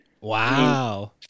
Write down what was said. Wow